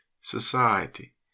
society